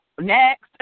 next